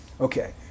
okay